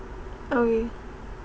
okay